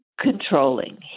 controlling